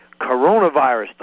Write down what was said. coronavirus